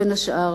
בין השאר,